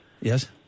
Yes